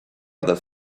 other